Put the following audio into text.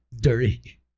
dirty